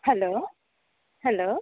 hello hello